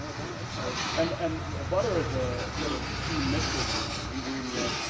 ah and and butter is ah sort of key missing ingredient.